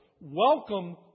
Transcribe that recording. Welcome